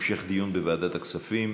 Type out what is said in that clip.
המשך דיון בוועדת הכספים.